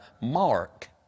mark